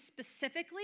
specifically